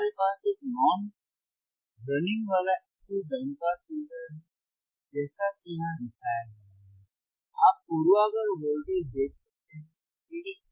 हमारे पास एक नॉन रनिंग वाला एक्टिव बैंड पास फिल्टर है जैसा कि यहां दिखाया गया है आप पूर्वाग्रह वोल्टेज देख सकते हैं ठीक